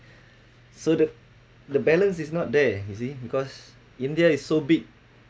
so the the balance is not there you see because india is so big